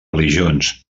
religions